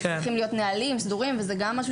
צריכים להיות נהלים סדורים, וזה גם משהו